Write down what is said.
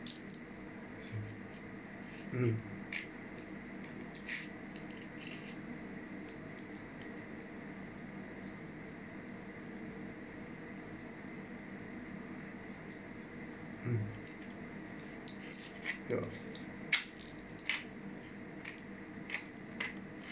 mmhmm mm oh